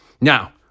Now